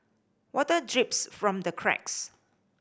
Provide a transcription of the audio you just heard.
water drips from the cracks